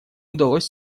удалось